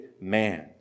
man